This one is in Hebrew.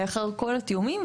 לאחר כל התיאומים האלה,